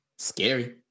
scary